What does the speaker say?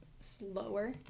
slower